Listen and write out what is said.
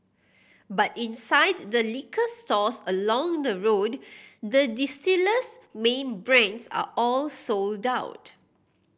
but inside the liquor stores along the road the distiller's main brands are all sold out